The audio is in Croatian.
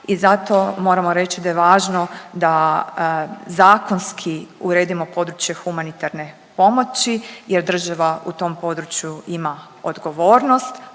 i zato moramo reći da je važno da zakonski uredimo područje humanitarne pomoći jer država u tom području ima odgovornost